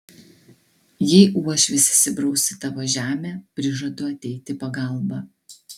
jei uošvis įsibraus į tavo žemę prižadu ateiti į pagalbą